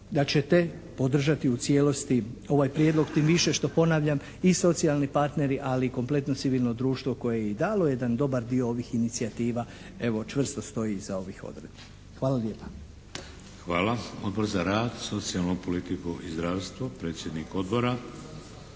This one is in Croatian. da ćete podržati u cijelosti ovaj Prijedlog, tim više što ponavljam i socijalni partneri, ali i kompletno civilno društvo koje je i dalo jedan dobar dio ovih incijativa evo čvrsto stoji iza ovih odredbi. Hvala lijepa. **Šeks, Vladimir (HDZ)** Hvala. Odbor za rad, socijalnu politiku i zdravstvo. Predsjednik Odbora,